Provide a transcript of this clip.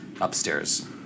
upstairs